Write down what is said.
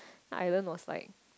I don't know slide